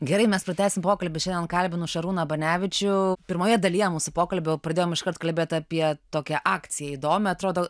gerai mes pratęsim pokalbį šiandien kalbinu šarūną banevičių pirmoje dalyje mūsų pokalbio pradėjom iškart kalbėt apie tokią akciją įdomią atrodo